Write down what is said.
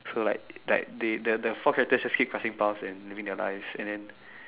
so like like they the the four characters just keep crossing paths and living their life and then